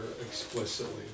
explicitly